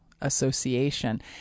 Association